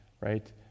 right